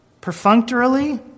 perfunctorily